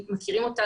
מכירים אותה,